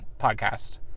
podcast